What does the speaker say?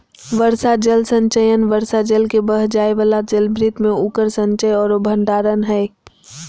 वर्षा जल संचयन वर्षा जल के बह जाय वाला जलभृत में उकर संचय औरो भंडारण हइ